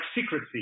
secrecy